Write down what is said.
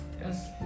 Yes